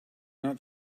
not